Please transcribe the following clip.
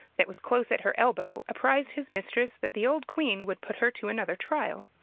that was close at her elbow, apprized his mistress that the old queen would put her to another trial.